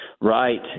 Right